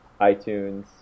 iTunes